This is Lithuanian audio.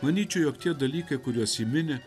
manyčiau jog tie dalykai kuriuos ji mini